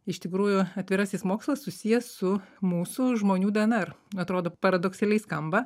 iš tikrųjų atvirasis mokslas susijęs su mūsų žmonių dnr atrodo paradoksaliai skamba